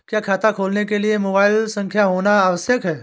क्या खाता खोलने के लिए मोबाइल संख्या होना आवश्यक है?